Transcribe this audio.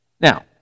Now